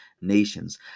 nations